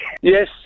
Yes